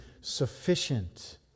sufficient